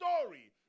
story